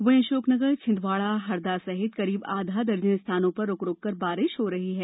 वहीं अशोकनगर छिंदवाड़ा हरदा सहित करीब आधा दर्जन स्थानों पर रुक रुककर बारिश हो रही है